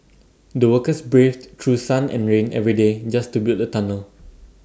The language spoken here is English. the workers braved through sun and rain every day just to build the tunnel